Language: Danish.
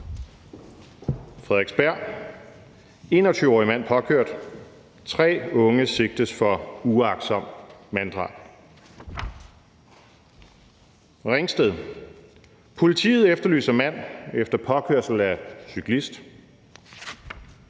Frederiksberg: »21-årig mand påkørt. Tre unge sigtes for uagtsomt manddrab«. Ringsted: »Politiet efterlyser mand efter påkørsel af cyklist«.